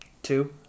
Two